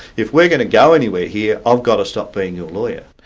if we're going to go anywhere here, i've got to stop being your lawyer.